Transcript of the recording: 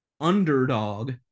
underdog –